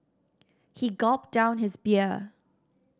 he gulped down his beer